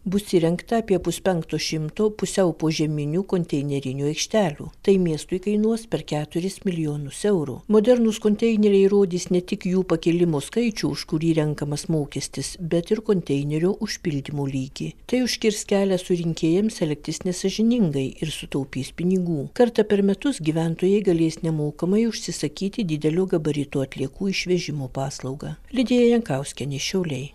bus įrengta apie puspenkto šimto pusiau požeminių konteinerinių aikštelių tai miestui kainuos per keturis milijonus eurų modernūs konteineriai rodys ne tik jų pakilimų skaičių už kurį renkamas mokestis bet ir konteinerių užpildymo lygį tai užkirs kelią surinkėjams elgtis nesąžiningai ir sutaupys pinigų kartą per metus gyventojai galės nemokamai užsisakyti didelių gabaritų atliekų išvežimo paslaugą lidija jankauskienė šiauliai